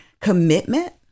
commitment